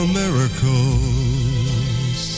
miracles